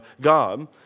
God